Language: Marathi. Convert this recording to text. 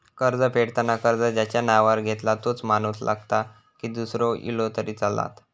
कर्ज फेडताना कर्ज ज्याच्या नावावर घेतला तोच माणूस लागता की दूसरो इलो तरी चलात?